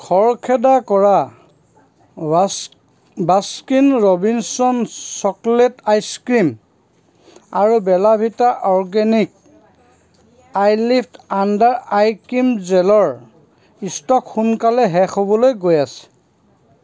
খৰখেদা কৰা Baskin Robbins chocolate ice cream আৰু Bella Vita organic eyelift under eye cream জেলৰ ষ্টক সোনকালে শেষ হ'বলৈ গৈ আছে